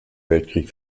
weltkrieg